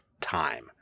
Time